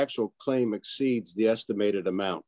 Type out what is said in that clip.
actual claim exceeds the estimated amount